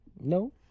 No